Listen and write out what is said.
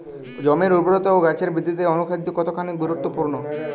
জমির উর্বরতা ও গাছের বৃদ্ধিতে অনুখাদ্য কতখানি গুরুত্বপূর্ণ?